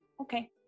Okay